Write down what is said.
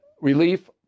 relief